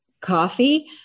coffee